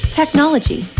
technology